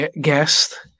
guest